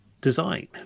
design